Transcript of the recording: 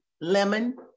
lemon